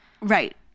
Right